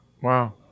Wow